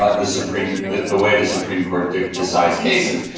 ah the supreme the the way the supreme court decides cases,